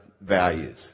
values